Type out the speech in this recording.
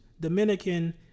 Dominican